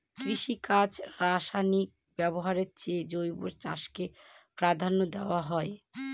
কৃষিকাজে রাসায়নিক ব্যবহারের চেয়ে জৈব চাষকে প্রাধান্য দেওয়া হয়